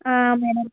madam